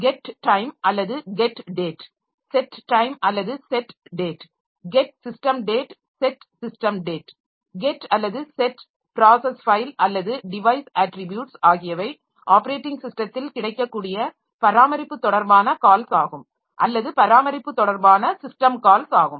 get time அல்லது get date set time அல்லது set date get system date set system date get அல்லது set process file அல்லது device attributes ஆகியவை operating ஸிஸ்டத்தில் கிடைக்கக்கூடிய பராமரிப்பு தொடர்பான கால்ஸ் ஆகும் அல்லது பராமரிப்பு தொடர்பான சிஸ்டம் கால்ஸ் ஆகும்